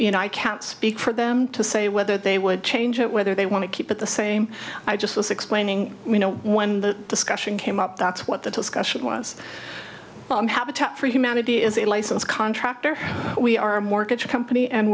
you know i can't speak for them to say whether they would change it whether they want to keep it the same i just was explaining you know when the discussion came up that's what the discussion was habitat for humanity is a licensed contractor we are a mortgage company and